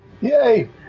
Yay